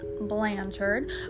Blanchard